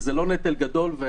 זה לא נטל גדול.